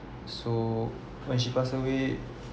so when she pass away